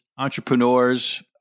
entrepreneurs